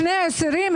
שני עשורים,